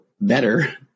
better